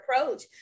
approach